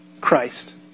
Christ